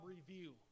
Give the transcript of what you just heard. Review